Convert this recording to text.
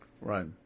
Right